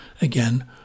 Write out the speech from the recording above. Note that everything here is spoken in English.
Again